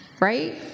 right